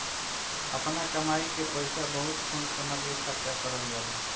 आपना कमाई के पईसा बहुत सोच समझ के खर्चा करल जाला